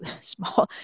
small